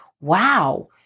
wow